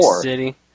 City